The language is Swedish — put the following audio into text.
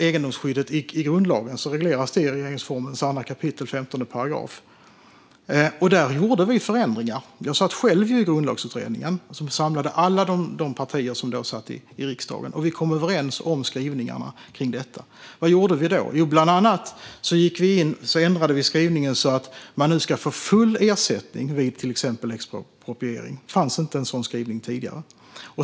Egendomsskyddet i grundlagen regleras i regeringsformens 2 kap. 15 §. Där gjorde vi förändringar. Jag satt med i Grundlagsutredningen som samlade alla partier som då satt i riksdagen. Vi kom överens om skrivningarna kring detta. Vad gjorde vi då? Bland annat ändrade vi skrivningen så att man ska få full ersättning vid till exempel expropriering. Det fanns inte en sådan skrivning tidigare.